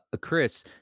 Chris